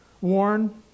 Warn